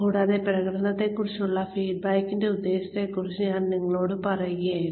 കൂടാതെ പ്രകടനത്തെക്കുറിച്ചുള്ള ഫീഡ്ബാക്കിന്റെ ഉദ്ദേശ്യത്തെക്കുറിച്ച് ഞാൻ നിങ്ങളോട് പറയുകയായിരുന്നു